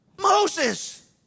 Moses